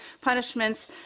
punishments